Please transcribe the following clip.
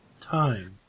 time